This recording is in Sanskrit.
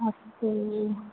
अस्तु